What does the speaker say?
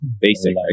basic